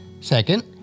Second